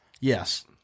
Yes